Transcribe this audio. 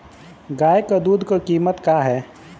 गाय क दूध क कीमत का हैं?